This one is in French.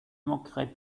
manquerait